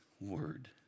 word